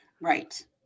Right